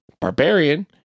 barbarian